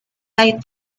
they